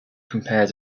compared